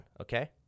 Okay